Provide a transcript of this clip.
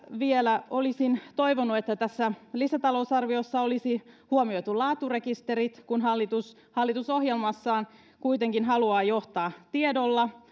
vielä olisin toivonut että tässä lisätalousarviossa olisi huomioitu laaturekisterit kun hallitus hallitusohjelmassaan kuitenkin haluaa johtaa tiedolla